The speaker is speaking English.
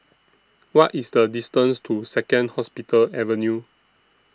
What IS The distance to Second Hospital Avenue